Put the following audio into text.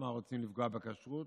למה רוצים לפגוע בכשרות.